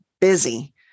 busy